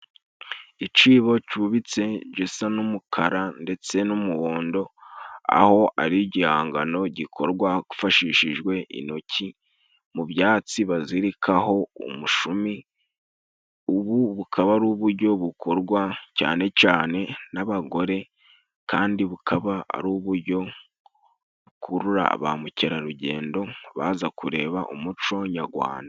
Ikibo cyubitse gisa n'umukara ndetse n'umuhondo, aho ari igihangano gikorwa hifashishijwe intoki mu byatsi bazirikaho umushumi. Ubu bukaba ari uburyo bukorwa cyane cyane n'abagore, kandi bukaba ari uburyo bukurura ba mukerarugendo baza kureba umuco nyarwanda.